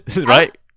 right